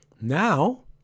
Now